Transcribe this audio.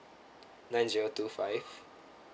nine zero two five